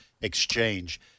exchange